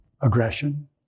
aggression